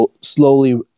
slowly